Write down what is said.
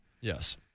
Yes